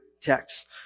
text